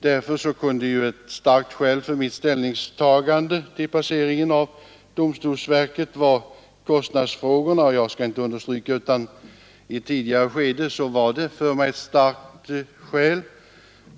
Därför kunde kostnadsfrågorna vara ett starkt skäl för mitt ställningstagande till placeringen av domstolsverket, och jag skall inte sticka under stol med att de i ett tidigare skede var det.